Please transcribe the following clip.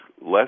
less